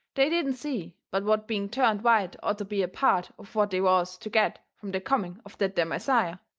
they didn't see but what being turned white orter be a part of what they was to get from the coming of that there messiah.